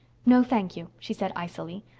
no, thank you, she said icily.